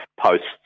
Posts